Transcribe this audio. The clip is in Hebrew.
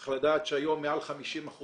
צריך לדעת שהיום מעל 50%